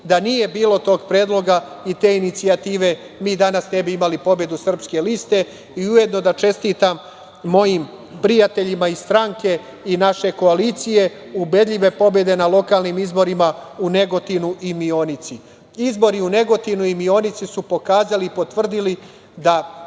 Da nije bilo tog predloga i te inicijative mi danas ne bismo imali pobedu Srpske liste. Ujedno, da čestitam mojim prijateljima iz stranke i naše koalicije ubedljive pobede na lokalnim izborima u Negotinu i Mionici. Izbori u Negotinu i Mionici, su pokazali i potvrdili da